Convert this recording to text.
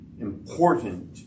important